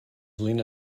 lena